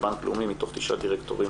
בנק לאומי, מתוך תשעה דירקטורים,